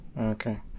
okay